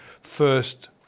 first –